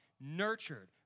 nurtured